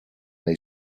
they